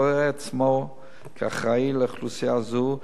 רואה עצמו כאחראי לאוכלוסייה זו,